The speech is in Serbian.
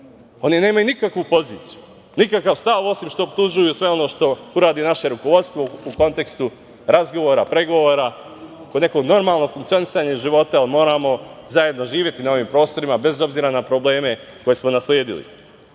Oni nemaju nikakvu poziciju, nikakav stav, osim što optužuju sve ono što uradi naše rukovodstvo u kontekstu razgovora, pregovora, o nekom normalnom funkcionisanju života, moramo zajedno živeti na ovim prostorima, bez obzira na probleme koje smo nasledili. Takođe,